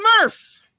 Murph